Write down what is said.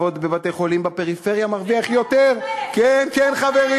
שנת הלימודים, בסופו של דבר, ובטח שזה לא אתם.